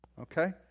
okay